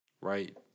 right